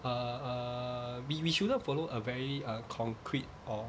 err err we we shouldn't follow a very uh concrete or